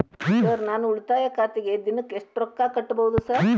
Sir ನಾನು ಉಳಿತಾಯ ಖಾತೆಗೆ ದಿನಕ್ಕ ಎಷ್ಟು ರೊಕ್ಕಾ ಕಟ್ಟುಬಹುದು ಸರ್?